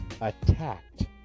attacked